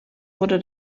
wurde